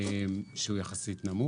שהוא יחסית נמוך.